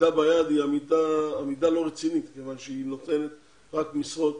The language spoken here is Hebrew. עמידה ביעד היא עמידה לא רצינית כיוון שהיא נותנת רק משרות